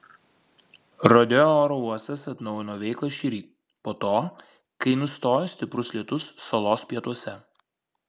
rodeo oro uostas atnaujino veiklą šįryt po to kai nustojo stiprus lietus salos pietuose